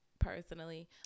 Personally